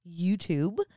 YouTube